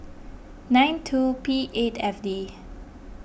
nine two P eight F D